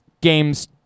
games